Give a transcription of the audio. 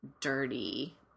dirty